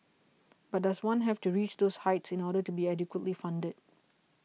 but does one have to reach those heights in order to be adequately funded